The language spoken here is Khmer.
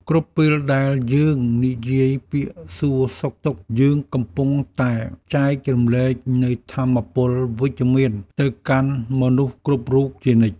គ្រប់ពេលដែលយើងនិយាយពាក្យសួរសុខទុក្ខ យើងកំពុងតែចែករំលែកនូវថាមពលវិជ្ជមានទៅកាន់មនុស្សគ្រប់រូបជានិច្ច។